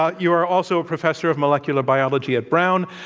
ah you are also a professor of molecular biology at brown.